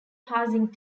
passing